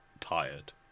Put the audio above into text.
Tired